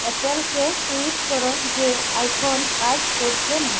অ্যাপেলকে tweet করো যে iPhone কাজ করছে না